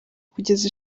kugeza